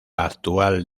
actual